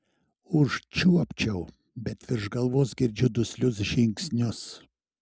užčiuopčiau bet virš galvos girdžiu duslius žingsnius